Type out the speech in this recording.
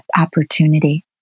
opportunity